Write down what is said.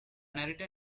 narrator